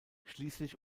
schließlich